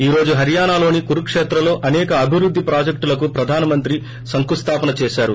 ఈ రోజు ి హర్యానాలోని కురుక్షేత్రలో అనేక అభివృద్ధి ప్రాజెక్టులకు ప్రధానమంత్రి శంకుస్తాపన చేశారు